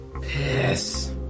Piss